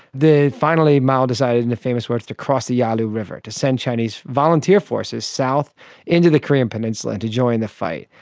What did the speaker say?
finally mao decided, in famous words, to cross the yalu river, to send chinese volunteer forces south into the korean peninsula and to join the fight.